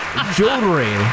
Jewelry